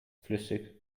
flüssig